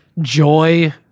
joy